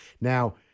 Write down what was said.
Now